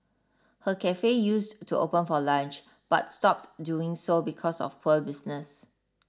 her cafe used to open for lunch but stopped doing so because of poor business